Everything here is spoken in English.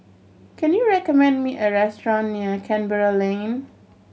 can you recommend me a restaurant near Canberra Lane